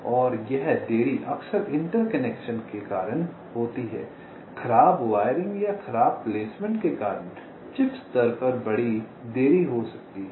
और यह देरी अक्सर इंटर कनेक्शन के कारण होती है खराब वायरिंग या खराब प्लेसमेंट के कारण चिप स्तर पर बड़ी देरी हो सकती है